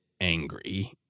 angry